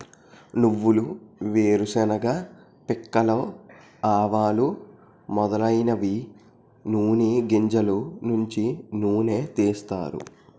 నువ్వులు వేరుశెనగ పిక్కలు ఆవాలు మొదలైనవి నూని గింజలు నుంచి నూనె తీస్తారు